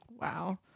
wow